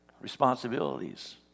responsibilities